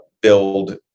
build